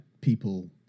people